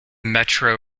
metro